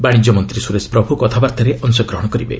ବାଶିଜ୍ୟ ମନ୍ତ୍ରୀ ସୁରେଶ ପ୍ରଭୁ କଥାବାର୍ତ୍ତାରେ ଅଂଶଗ୍ରହଣ କରିବେ